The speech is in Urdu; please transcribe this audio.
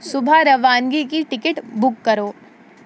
صبح روانگی کی ٹکٹ بک کرو